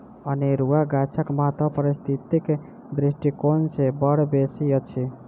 अनेरुआ गाछक महत्व पारिस्थितिक दृष्टिकोण सँ बड़ बेसी अछि